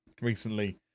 recently